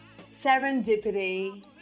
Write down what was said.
Serendipity